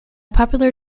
popular